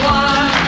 one